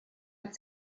als